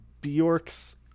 Bjork's